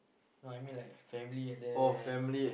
no I mean like family at there